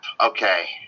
okay